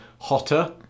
hotter